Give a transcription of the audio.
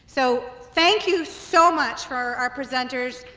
so thank you so much for our presenters.